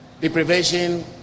deprivation